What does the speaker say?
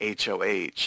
HOH